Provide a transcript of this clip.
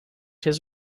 his